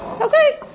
Okay